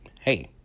hey